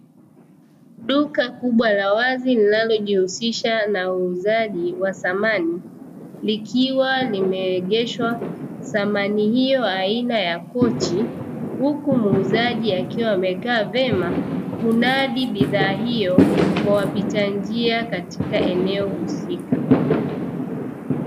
Duka kubwa la wazi linalojishughulisha na uuzaji wa samani, likiwa limeegeshwa samani hiyo aina ya Kochi, huku muuzaji akiwa amekaa vema kunadi bidhaa hiyo kwa wapitanjia katika eneo husika.